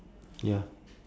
ya